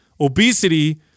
Obesity